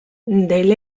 del